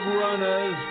runners